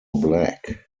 black